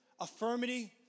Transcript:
affirmity